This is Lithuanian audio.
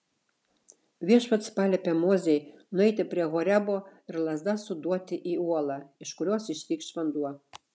viešpats paliepė mozei nueiti prie horebo ir lazda suduoti į uolą iš kurios ištrykš vanduo